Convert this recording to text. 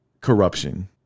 corruption